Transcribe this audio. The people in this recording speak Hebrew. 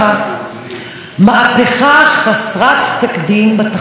מהפכה חסרת תקדים בתחבורה,